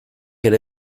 ere